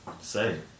say